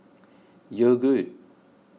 Yogood